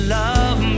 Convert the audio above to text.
love